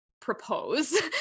propose